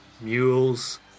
mules